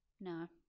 no